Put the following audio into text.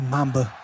Mamba